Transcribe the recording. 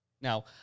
Now